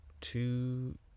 two